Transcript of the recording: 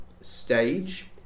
stage